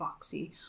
boxy